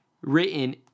written